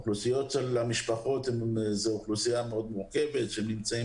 אוכלוסיות עם משפחות זו אוכלוסיות מורכבות שנמצאות